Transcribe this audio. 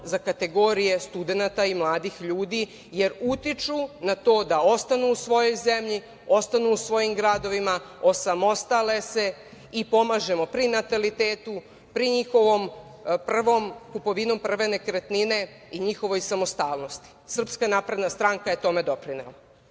za kategorije studenata i mladih ljudi, jer utiču na to da ostanu u svojoj zemlji, ostanu u svojim gradovima, osamostale se i pomažemo pri natalitetu, pri kupovini njihove prve nekretnine, njihovoj samostalnosti. Srpska napredna stranka je tome doprinela. Naravno,